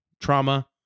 trauma